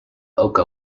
oka